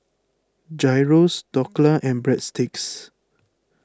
Gyros Dhokla and Breadsticks